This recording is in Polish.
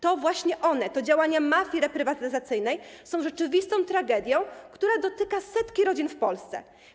To właśnie one, to działania mafii reprywatyzacyjnej są rzeczywistą tragedią, która dotyka setek rodzin w Polsce.